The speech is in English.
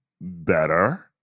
better